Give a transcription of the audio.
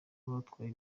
abatwaye